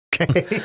Okay